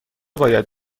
باید